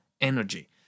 energy